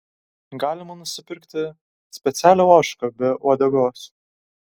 galima nusipirkti specialią ožką be uodegos